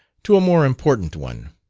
to a more important one.